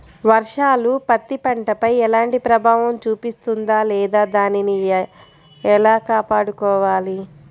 వర్షాలు పత్తి పంటపై ఎలాంటి ప్రభావం చూపిస్తుంద లేదా దానిని ఎలా కాపాడుకోవాలి?